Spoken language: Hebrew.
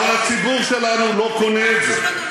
אבל הציבור שלנו לא קונה את זה.